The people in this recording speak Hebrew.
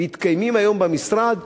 שמתקיימים היום במשרד הוא